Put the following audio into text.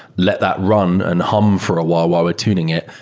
let that run and hum for a while while we're tuning it,